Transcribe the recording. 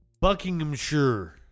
Buckinghamshire